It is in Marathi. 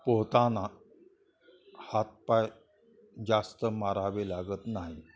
पोहताना हात पाय जास्त मारावे लागत नाही